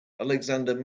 alexander